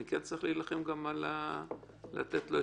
אני כן צריך להילחם לתת לו צ'אנס?